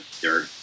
dirt